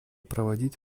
проводить